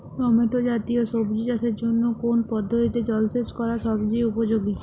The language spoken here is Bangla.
টমেটো জাতীয় সবজি চাষের জন্য কোন পদ্ধতিতে জলসেচ করা সবচেয়ে উপযোগী?